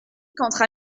qu’entre